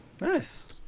Nice